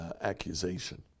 accusation